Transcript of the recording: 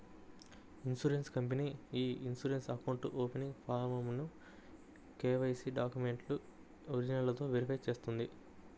insurance company ఇ insurance account opening ఫారమ్ను KYC డాక్యుమెంట్ల ఒరిజినల్లతో వెరిఫై చేస్తుంది